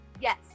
Yes